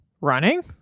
running